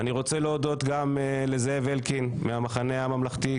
אני רוצה להודות גם לזאב אלקין מהמחנה הממלכתי.